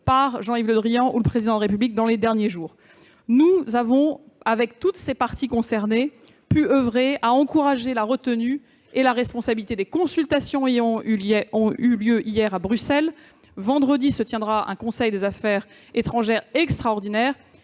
par Jean-Yves Le Drian ou le Président de la République dans les derniers jours. Nous avons, avec toutes ces parties concernées, pu oeuvrer à encourager la retenue et la responsabilité, des consultations ayant eu lieu hier à Bruxelles. Vendredi prochain se tiendra un Conseil des affaires étrangères extraordinaire.